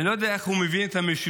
אני לא יודע איך הוא מבין את המשילות.